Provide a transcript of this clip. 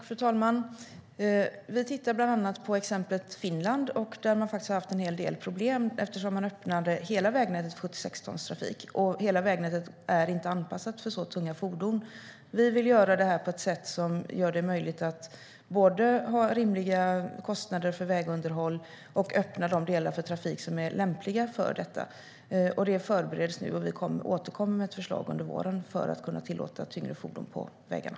Fru talman! Vi tittar bland annat på exemplet Finland, där man faktiskt har haft en hel del problem. Man öppnade nämligen hela vägnätet för 76-tonstrafik, och hela vägnätet är inte anpassat för så tunga fordon. Vi vill göra detta på ett sätt som gör det möjligt att både ha rimliga kostnader för vägunderhåll och öppna de delar för trafik som är lämpliga för det. Det förbereds nu, och vi återkommer under våren med ett förslag för att kunna tillåta tyngre fordon på vägarna.